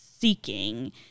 seeking